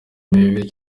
mibi